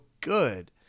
good